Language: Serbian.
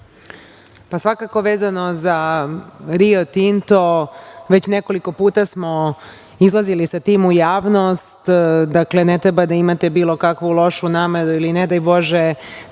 Svakako vezano za „Rio Tinto“, već nekoliko puta smo izlazili sa tim u javnost. Dakle, ne treba da imate bilo kakvu lošu nameru ili, ne daj Bože,